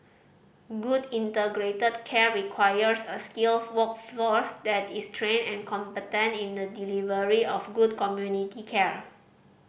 good integrated care requires a skilled workforce that is trained and competent in the delivery of good community care